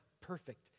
perfect